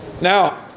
Now